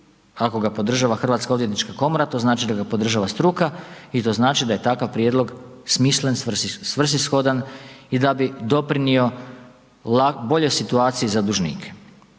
ako ga podržava Hrvatska odvjetnička komora to znači da ga podržava struka i to znači da je takav prijedlog smislen, svrsishodan i da bi doprinio boljoj situaciji za dužnike.